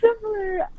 similar